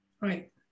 Right